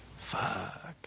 Fuck